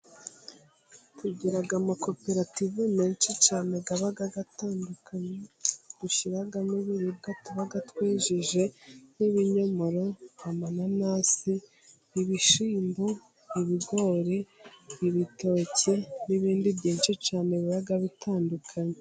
Tugira amakoperative menshi cyane aba atandukanye dushyiramo ibiribwa tuba twejeje, nk'ibinyomoro, amananasi, ibishyimbo, ibigori, ibitoke n'ibindi byinshi cyane biba bitandukanye.